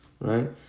right